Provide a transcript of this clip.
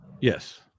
Yes